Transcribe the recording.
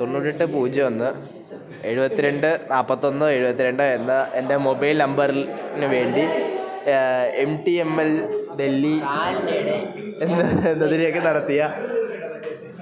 തൊണ്ണൂറ്റെട്ട് പൂജ്യം ഒന്ന് എഴുപത്തി രണ്ട് നാൽപ്പത്തൊന്ന് എഴുപത്തി രണ്ട് എന്ന എൻ്റെ മൊബൈൽ നമ്പറിൽ ന് വേണ്ടി M T M L Delhi എന്നത് എന്നതിലേക്ക് നടത്തിയ